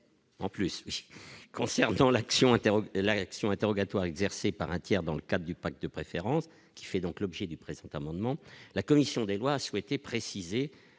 interroge la réaction interrogatoire exercée par un tiers dans le cadre du pacte de préférence qui fait donc l'objet du présent amendement, la commission des lois a souhaité préciser